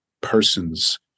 person's